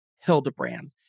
Hildebrand